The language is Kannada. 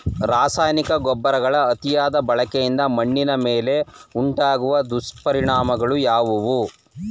ರಾಸಾಯನಿಕ ಗೊಬ್ಬರಗಳ ಅತಿಯಾದ ಬಳಕೆಯಿಂದ ಮಣ್ಣಿನ ಮೇಲೆ ಉಂಟಾಗುವ ದುಷ್ಪರಿಣಾಮಗಳು ಯಾವುವು?